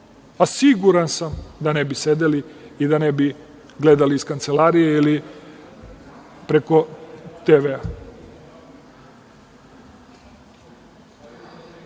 Siguran sam da ne bi sedeli i da ne bi gledali iz kancelarije ili preko TV.Nadam